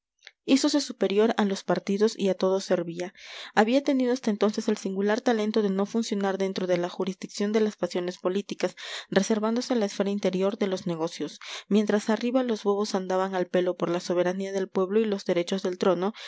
atendían hízose superior a los partidos y a todos servía había tenido hasta entonces el singular talento de no funcionar dentro de la jurisdicción de las pasiones políticas reservándose la esfera interior de los negocios mientras arriba los bobos andaban al pelo por la soberanía del pueblo y los derechos del trono